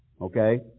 Okay